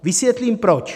Vysvětlím proč.